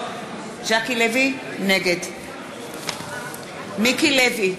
נגד מיקי לוי,